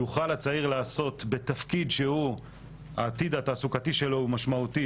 יוכל הצעיר לעשות בתפקיד שהעתיד התעסוקתי שלו הוא משמעותי,